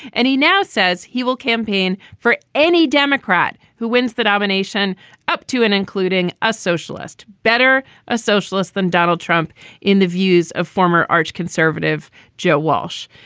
and he now says he will campaign for any democrat who wins the nomination up to and including a socialist, better a socialist than donald trump in the views of former arch conservative joe walsh.